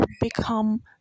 become